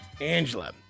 Angela